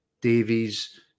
Davies